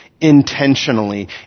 intentionally